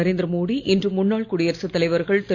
நரேந்திர மோடி இன்று முன்னாள் குடியரசுத் தலைவர்கள் திரு